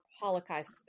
Holocaust